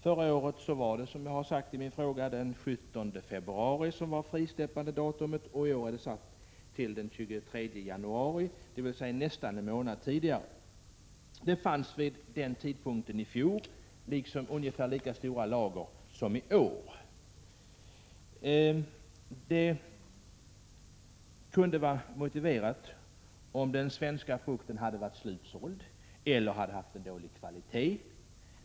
Förra året var det, som jag har sagt i min fråga, den 17 februari som var frisläppandedatum. I år är det satt till den 23 januari, dvs. nästan en månad tidigare. Det fanns vid den tidpunkten i fjol ungefär lika stora lager som i år. Ett tidigare datum kunde ha varit motiverat om den svenska frukten hade varit slutsåld eller hade haft en dålig kvalitet.